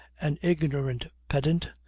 an ignorant pedant,